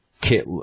Kit